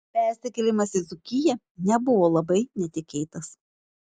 persikėlimas į dzūkiją nebuvo labai netikėtas